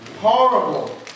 horrible